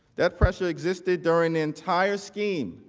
that pressure existed during the entire scheme.